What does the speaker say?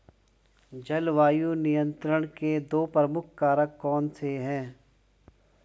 जलवायु नियंत्रण के दो प्रमुख कारक कौन से हैं?